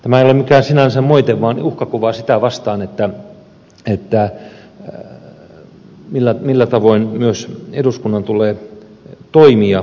tämä ei ole sinänsä mikään moite vaan uhkakuva sitä vastaan millä tavoin eduskunnan tulee toimia